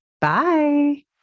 Bye